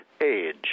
age